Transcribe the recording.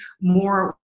more